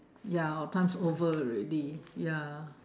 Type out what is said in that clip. ya our time's over already ya